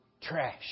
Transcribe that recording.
Trash